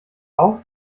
auf